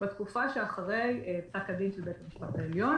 בתקופה שאחרי פסק הדין של בית המשפט העליון.